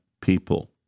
people